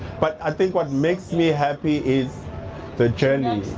but i think what makes me happy is the journey,